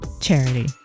charity